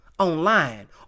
Online